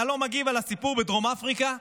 אתה לא מגיב על הסיפור בדרום אפריקה.